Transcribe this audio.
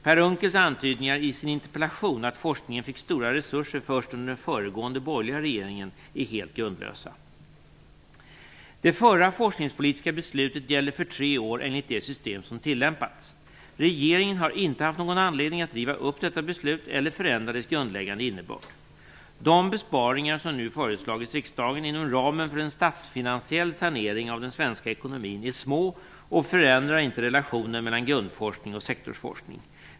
Per Unckels antydningar i interpellationen, att forskningen fick stora resurser först under den föregående borgerliga regeringen, är helt grundlösa. Det förra forskningspolitiska beslutet gäller för tre år enligt det system som tillämpats. Regeringen har inte haft någon anledning att riva upp detta beslut eller förändra dess grundläggande innebörd. De besparingar som nu föreslagits riksdagen inom ramen för en statsfinansiell sanering av den svenska ekonomin är små och förändrar inte relationen mellan grundforskning och sektorsforskning.